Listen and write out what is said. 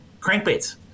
crankbaits